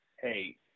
Hey